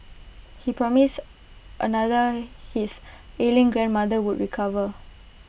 he promised another his ailing grandmother would recover